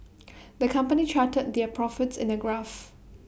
the company charted their profits in A graph